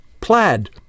plaid